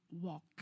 walk